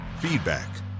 feedback